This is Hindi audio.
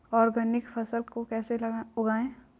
ऑर्गेनिक फसल को कैसे उगाएँ?